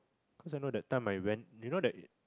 cause I know that time I went you know that